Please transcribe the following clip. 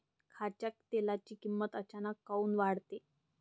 खाच्या तेलाची किमत अचानक काऊन वाढते?